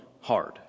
hard